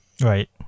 right